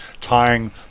tying